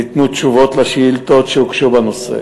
ניתנו תשובות על שאילתות שהוגשו בנושא.